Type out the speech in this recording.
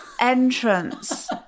entrance